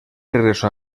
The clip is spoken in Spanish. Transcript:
regresó